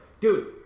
dude